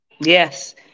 Yes